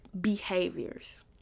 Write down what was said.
behaviors